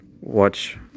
Watch